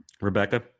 Rebecca